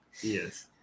yes